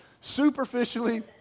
superficially